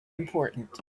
important